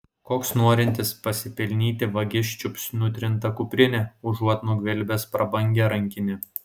koks norintis pasipelnyti vagis čiups nutrintą kuprinę užuot nugvelbęs prabangią rankinę